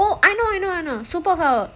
oh I know I know I know super power